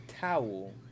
towel